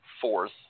fourth